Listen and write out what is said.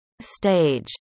stage